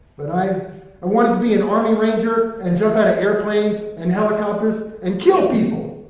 but i, i wanted to be an army ranger, and jump out of airplanes and helicopters, and kill people!